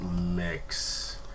mix